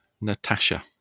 Natasha